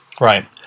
Right